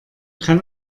kann